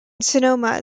sonoma